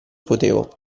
potevo